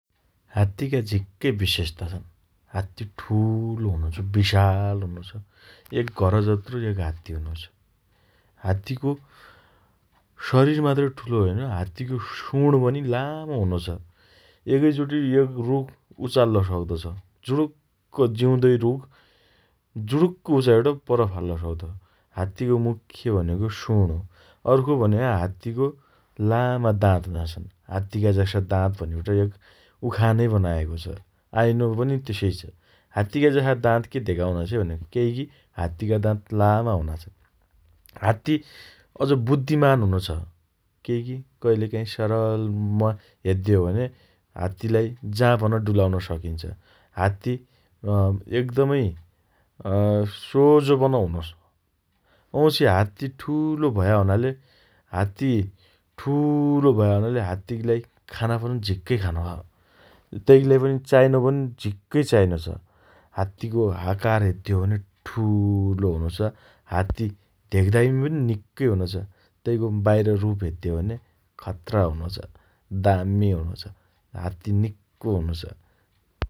हात्तिका झिक्कै विशेषता छन् । हात्ति ठूलो हुनो छ । विशाल हुनो छ । एक घरजत्रो एक हात्ति हुनो छ । हात्तिको शरिर मात्रै ठूलो होइन हात्तिको सुँण पनि लामो हुनो छ । एकैचाटी एक रुख उचाल्ल सक्तो छ । जुरुक्क जिउँदै रुख जुरुक्क उचाइबट पर फाल्ल सक्तो छ । हात्तिको मुख्य भनेको सुँण हो । अर्को भन्या हात्तिको लामा दाँत हुना छन् । हात्तिका जसा दाँत भनिबट एक उखान नै बनाएको छ । आइनो पनि तेसै छ । हात्तिका जसा दाँत के धेगाउनो छै भनि । केइ की हात्तिका दाँत लामा हुना छन् । हात्ति अझ बुद्धिमान हुनो छ । केइकी कहिलेकाँही सरल म्म हेद्दे हो भने हात्तिलाई जाँ पन डुलाउन सकिन्छ । हात्ति अँ एकदमै अँ सोझो पन हुँनो छ । वाँपछि हात्ति ठूलो भया हुनाले, हात्ति ठूलो भया हुनाले हात्तिगीलाई खाना पन झिक्कै खानो छ । तैगिलाई चाहिनो पनि झिक्कै चाहिनोछ । हात्तिको आकार हेद्देहो भने ठूलो हुनो छ । हात्ति धेग्दाई पनि निक्कै हुनो छ । तैको बाहिर रुप हेद्दे हो भने खत्रा हुनो छ । दामी हुनो छ । हात्ति निक्को हुनो छ ।